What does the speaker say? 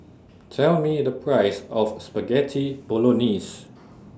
Tell Me The Price of Spaghetti Bolognese